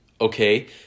Okay